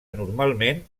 normalment